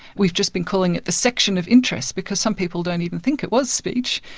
we've just been calling it the section of interest because some people don't even think it was speech,